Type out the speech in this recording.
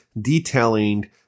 detailing